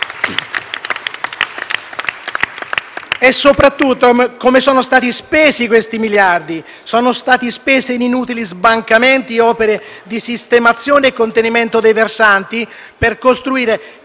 soprattutto come siano stati spesi questi miliardi. Sono stati spesi in inutili sbancamenti e in opere di sistemazione e contenimento dei versanti per costruire